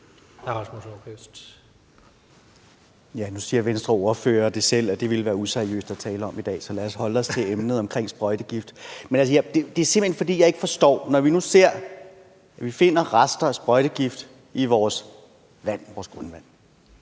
Nu siger Venstres ordfører selv, at det ville være useriøst at tale om i dag, så lad os holde os til emnet omkring sprøjtegift. Det er simpelt hen, fordi jeg ikke forstår det. Når vi nu finder rester af sprøjtegift i vores grundvand,